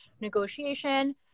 negotiation